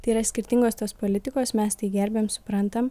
tai yra skirtingos tos politikos mes tai gerbiam suprantam